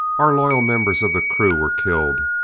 our loyal members of the crew were killed,